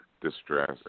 distress